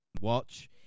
watch